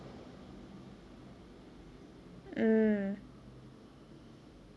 mm